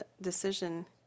decision